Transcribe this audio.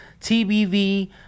TBV